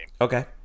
Okay